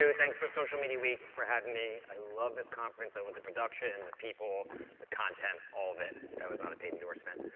and thanks for social media week for having me. i love this conference. i love the production and the people, the content, all of it. that was not a paid endorsement.